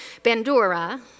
Bandura